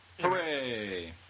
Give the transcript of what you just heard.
Hooray